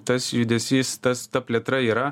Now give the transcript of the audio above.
tas judesys tas ta plėtra yra